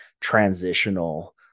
transitional